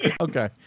Okay